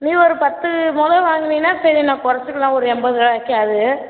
நீ ஒரு பத்து மொழம் வாங்கினீன்னா சரி நான் குறச்சிக்கலாம் ஒரு எண்பது ரூபாய்க்காது